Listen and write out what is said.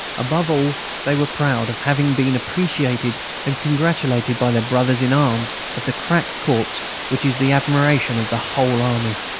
above all, they were proud of having been appreciated and congratulated by their brothers-in-arms of the crack corps which is the admiration of the whole army.